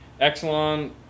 Exelon